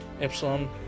Epsilon